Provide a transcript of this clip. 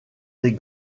des